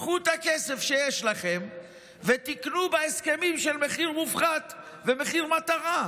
קחו את הכסף שיש לכם ותקנו בהסכמים של מחיר מופחת ומחיר מטרה,